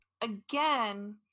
again